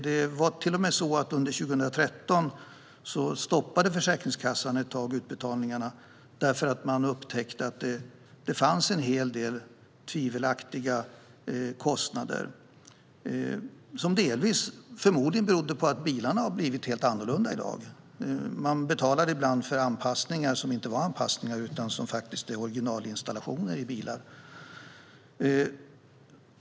Det var till och med så att Försäkringskassan en period under 2013 stoppade utbetalningarna, därför att man upptäckte att det fanns en hel del tvivelaktiga kostnader som delvis förmodligen berodde på att bilarna i dag har blivit helt annorlunda. Man har ibland betalat för anpassningar som inte har varit anpassningar utan som faktiskt är originalinstallationer i bilar.